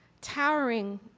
towering